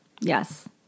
Yes